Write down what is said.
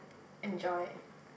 enjoy